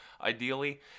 ideally—